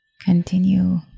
continue